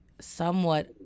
somewhat